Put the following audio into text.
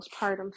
postpartum